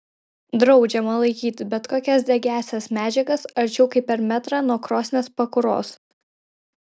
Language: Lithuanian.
draudžiama laikyti bet kokias degiąsias medžiagas arčiau kaip per metrą nuo krosnies pakuros